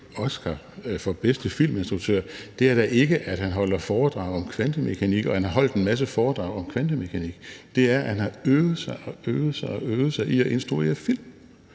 Oscar for bedste filminstruktør, da ikke er, at han har holdt en masse foredrag om kvantemekanik. Det er, at han har øvet sig og øvet sig i at instruere film